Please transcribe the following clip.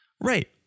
Right